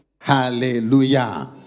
Hallelujah